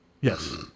Yes